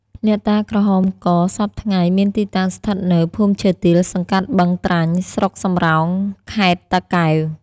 អ្នកតាក្រហមកសព្វថ្ងៃមានទីតាំងស្ថិតនៅ ភូមិឈើទាល សង្កាត់បឹងត្រាញ់ ស្រុកសំរោង ខែត្រ តាកែវ ។